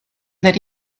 that